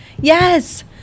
yes